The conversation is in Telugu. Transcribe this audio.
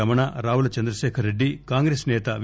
రమణ రావుల చంద్రశేఖరరెడ్డి కాంగ్రెస్ నేత వి